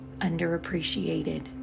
underappreciated